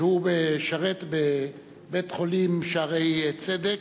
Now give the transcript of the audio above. שהוא משרת בבית-החולים "שערי צדק",